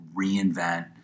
reinvent